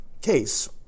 case